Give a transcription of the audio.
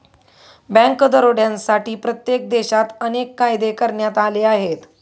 bank दरोड्यांसाठी प्रत्येक देशात अनेक कायदे करण्यात आले आहेत